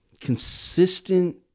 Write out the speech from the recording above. consistent